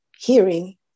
hearing